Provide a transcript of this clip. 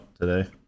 today